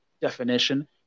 definition